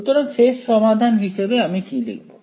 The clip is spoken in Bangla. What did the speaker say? সুতরাং শেষ সমাধান হিসেবে আমি কি লিখবো